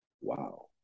wow